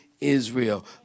Israel